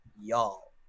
Y'all